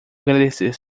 agradecer